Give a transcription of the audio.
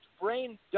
brain